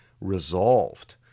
resolved